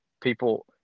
people –